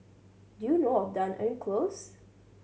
do you know of Dunearn Close